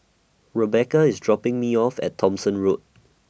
Rebecca IS dropping Me off At Thomson Road